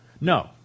No